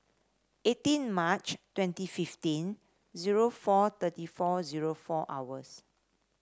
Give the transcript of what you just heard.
eighteen March twenty fifteen zero four thirty four zero four hours